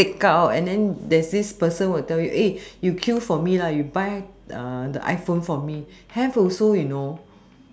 take out and then there's this person will tell you you queue for me you buy the iphone for me have also you know